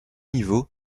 niveaux